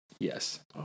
Yes